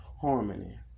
harmony